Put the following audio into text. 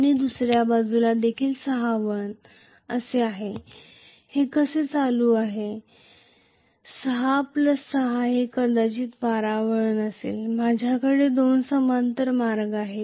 आणि दुसऱ्या बाजूला देखील 6 वळण असे आहे हे कसे करंट आहे 6 6 हे कदाचित 12 वळण करेल माझ्याकडे दोन समांतर मार्ग आहेत